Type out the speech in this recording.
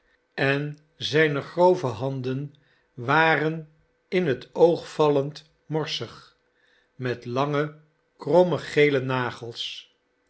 en zijne grove handen waren in het oogvallend morsig met lange kromme gele nagels